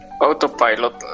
autopilot